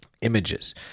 images